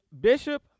bishop